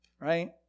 Right